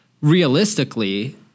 Realistically